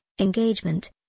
engagement